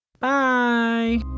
Bye